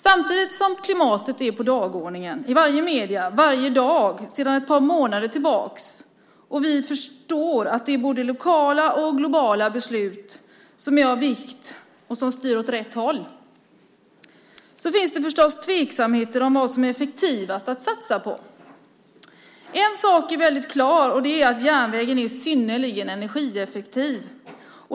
Samtidigt som klimatet har varit på dagordningen i alla medier varje dag sedan ett par månader tillbaka och vi förstår att både globala och lokala beslut som styr åt rätt håll är av vikt finns det tveksamheter om vad som är effektivast att satsa på. En sak är väldigt klar, och det är att järnvägen är synnerligen energieffektiv.